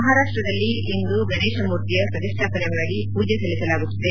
ಮಹಾರಾಷ್ವದಲ್ಲಿ ಇಂದು ಗಣೇಶ ಮೂರ್ತಿಯ ಪ್ರತಿಷ್ಠಾಪನೆ ಮಾಡಿ ಪೂಜೆ ಸಲ್ಲಿಸಲಾಗುತ್ತದೆ